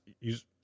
use